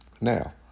Now